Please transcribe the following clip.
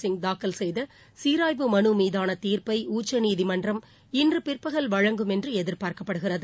சிங் தாக்கல் செய்த சீராய்வு மனு மீதான தீர்ப்பை உச்சநீதிமன்றம் இன்று பிற்பகல் வழங்கும் என்று எதிர்பார்க்கப்படுகிறது